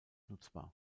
nutzbar